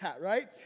right